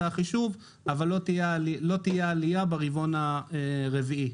החישוב לא תהיה עלייה ברבעון הרביעי.